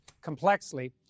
complexly